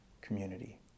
community